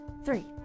Three